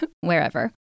wherever